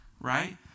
right